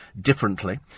differently